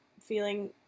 feeling